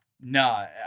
no